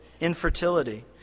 infertility